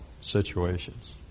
situations